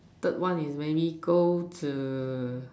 third one is maybe go to